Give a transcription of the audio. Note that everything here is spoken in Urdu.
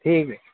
ٹھیک ہے